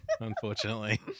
Unfortunately